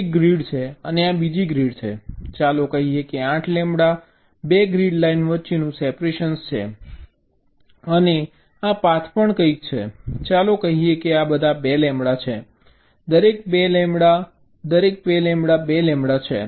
એક ગ્રીડ છે અને આ બીજી ગ્રીડ છે ચાલો કહીએ 8 લેમ્બડા 2 ગ્રીડ લાઇન વચ્ચેનું સેપરેશન છે અને આ પાથ પણ કંઈક છે ચાલો કહીએ કે આ બધા 2 લેમ્બડા છે દરેક 2 લેમ્બડા દરેક 2 લેમ્બડા 2 લેમ્બડા 2 લેમ્બડા છે